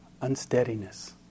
unsteadiness